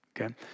Okay